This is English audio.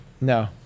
no